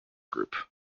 group